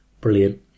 Brilliant